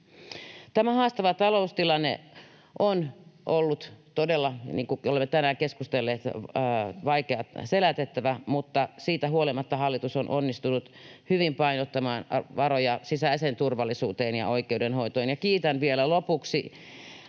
Tämä haastava taloustilanne on ollut, niin kuin olemme tänään keskustelleet, todella vaikea selätettävä, mutta siitä huolimatta hallitus on onnistunut hyvin painottamaan varoja sisäiseen turvallisuuteen ja oikeudenhoitoon. Kiitän vielä lopuksi